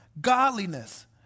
Godliness